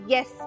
Yes